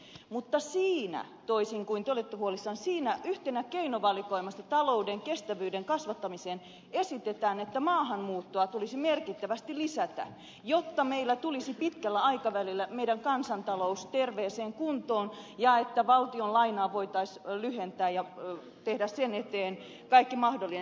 mutta siinä toisin kuin te olette huolissanne yhtenä keinona keinovalikoimassa talouden kestävään kasvattamiseen esitetään että maahanmuuttoa tulisi merkittävästi lisätä jotta meillä tulisi pitkällä aikavälillä kansantalous terveeseen kuntoon ja jotta valtion lainaa voitaisiin lyhentää ja tehdä sen eteen kaikki mahdollinen